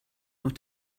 noch